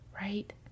right